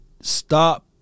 stop